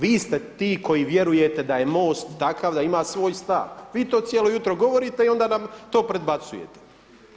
Vi ste ti koji vjerujete da je MOST takav da ima svoj …, vi to cijelo jutro govorite i onda nam to predbacujete.